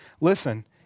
listen